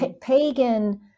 pagan